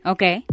Okay